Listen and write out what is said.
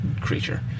creature